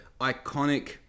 iconic